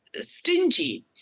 stingy